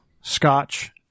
scotch